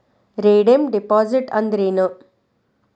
Redeem deposit ಅಂದ್ರೇನ್?